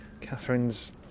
Catherine's